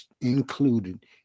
included